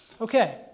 Okay